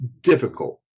difficult